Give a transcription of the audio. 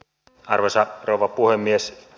arvoisa rouva puhemies